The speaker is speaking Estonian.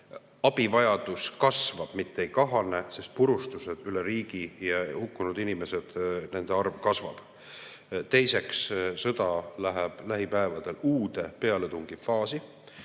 abivajadus kasvab, mitte ei kahane, sest purustused üle riigi ja hukkunud inimesed – nende arv kasvab. Teiseks, sõda läheb lähipäevadel uude pealetungifaasi.